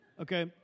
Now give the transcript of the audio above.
Okay